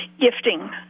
gifting